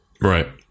Right